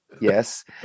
Yes